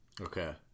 Okay